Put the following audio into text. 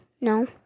No